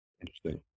Interesting